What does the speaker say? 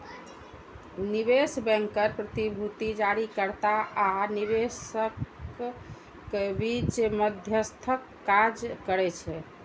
निवेश बैंकर प्रतिभूति जारीकर्ता आ निवेशकक बीच मध्यस्थक काज करै छै